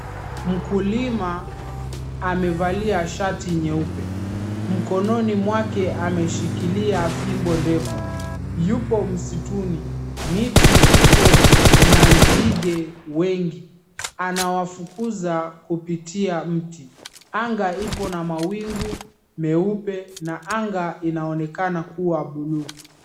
Mkulima amevalia shati nyeupe. Mkononi mwake ameshikilia fimbo ndefu, yupo msituni. Miti ipo na nzige wengi, anawafukuza kupitia mti. Anga ipo na mawingu meupe na anga inaonekana kuwa buluu.